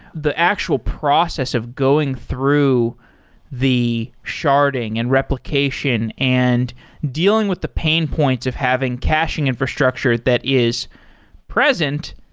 the actual process of going through the sharding and replication and dealing with the pain points of having caching infrastructure that is present,